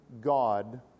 God